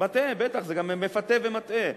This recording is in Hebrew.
מטעה, בטח, זה גם מפתה ומטעה.